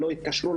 לא התקשרו,